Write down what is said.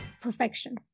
Perfection